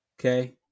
okay